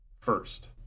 first